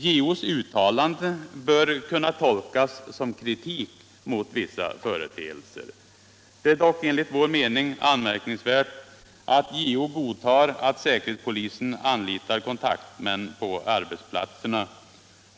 JO:s uttalanden bör kunna tolkas som kritik mot vissa företeelser. Det är dock enligt vår mening anmärkningsvärt att JO godtar att säkerhetspolisen anlitar kontaktmän på arbetsplatserna.